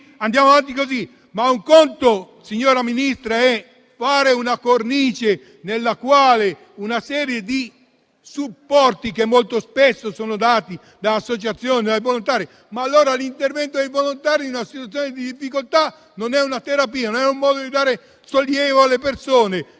diverso, signora Ministra, se si pensasse ad una cornice per una serie di supporti che molto spesso sono dati da associazioni di volontari. L'intervento dei volontari in una situazione di difficoltà non è una terapia, non è un modo di dare sollievo alle persone,